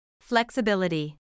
Flexibility